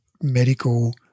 medical